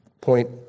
Point